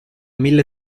mille